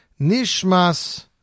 Nishmas